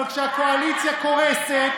אבל כשהקואליציה קורסת,